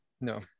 No